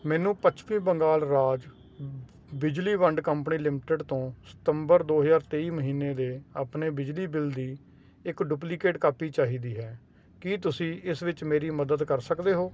ਮੈਨੂੰ ਪੱਛਮੀ ਬੰਗਾਲ ਰਾਜ ਬਿਜਲੀ ਵੰਡ ਕੰਪਨੀ ਲਿਮਟਿਡ ਤੋਂ ਸਤੰਬਰ ਦੋ ਹਜ਼ਾਰ ਤੇਈ ਮਹੀਨੇ ਦੇ ਆਪਣੇ ਬਿਜਲੀ ਬਿੱਲ ਦੀ ਇੱਕ ਡੁਪਲੀਕੇਟ ਕਾਪੀ ਚਾਹੀਦੀ ਹੈ ਕੀ ਤੁਸੀਂ ਇਸ ਵਿੱਚ ਮੇਰੀ ਮਦਦ ਕਰ ਸਕਦੇ ਹੋ